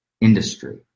industry